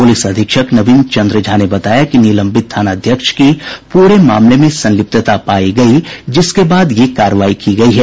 police अधीक्षक नवीन चंद्र झा ने बताया कि निलंबित थानाध्यक्ष की पूरे मामले में संलिप्तता पायी गयी जिसके बाद ये कार्रवाई की गयी है